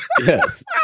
yes